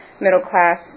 middle-class